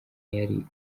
yari